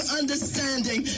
understanding